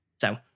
So-